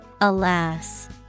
Alas